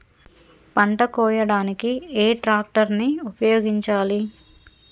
పంట కోయడానికి ఏ ట్రాక్టర్ ని ఉపయోగించాలి?